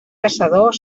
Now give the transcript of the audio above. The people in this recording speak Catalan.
caçador